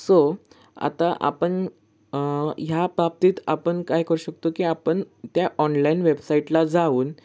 so आता आपण ह्या बाबतीत आपण काय करू शकतो की आपण त्या ऑनलाईन वेबसाईटला जाऊन